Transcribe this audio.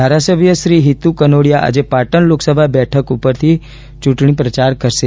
ધારાસભ્ય શ્રી હિતુ કનોડીયા આજે પાટણ લોકસભા બેઠક ઉપરથી ચૂંટણી પ્રચાર કરશે